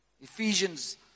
Ephesians